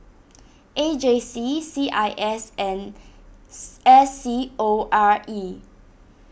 A J C C I S and S C O R E